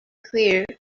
clear